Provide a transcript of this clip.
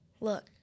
look